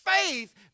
faith